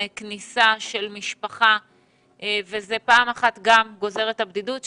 כניסה של משפחה וזה פעם אחת גם גוזר את הבדידות שלהם,